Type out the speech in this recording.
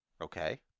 Okay